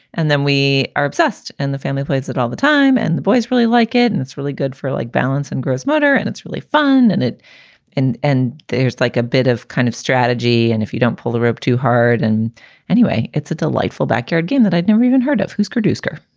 and then we are obsessed. and the family plays it all the time. and the boys really like it. and it's really good for like balance and gross motor. and it's really fun. and it and and there's like a bit of kind of strategy. and if you don't pull the rope too hard and anyway, it's a delightful backyard game that i'd never even heard of. who's producer?